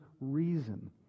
reason